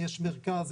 יש מרכז,